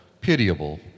pitiable